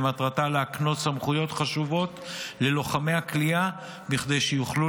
שמטרתה להקנות סמכויות חשובות ללוחמי הכליאה כדי שיוכלו